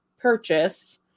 purchase